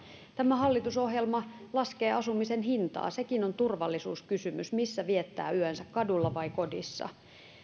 tämä hallitusohjelma laskee asumisen hintaa sekin on turvallisuuskysymys missä viettää yönsä kadulla vai kodissa